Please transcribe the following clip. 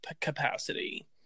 capacity